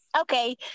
Okay